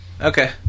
Okay